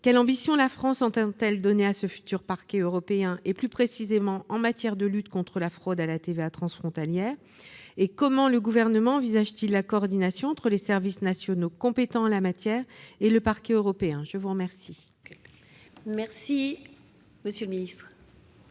quelle ambition la France entend-elle donner à ce futur parquet européen, plus précisément en matière de lutte contre la fraude à la TVA transfrontalière ? Comment le Gouvernement envisage-t-il la coordination entre les services nationaux compétents en la matière et le parquet européen ? La parole est à M. le ministre.